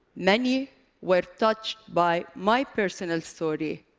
many were touched by my personal story,